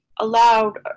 allowed